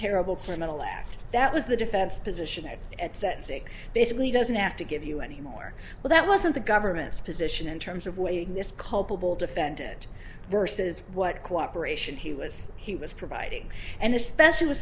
terrible criminal act that was the defense position it and set saying basically doesn't have to give you any more well that wasn't the government's position in terms of waging this culpable defendant versus what cooperation he was he was providing and especially with